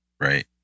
Right